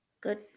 Good